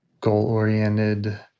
goal-oriented